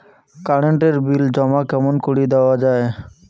Current এর bill জমা কেমন করি দেওয়া যায়?